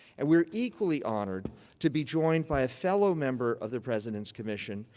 and we are equally honored to be joined by a fellow member of the president's commission,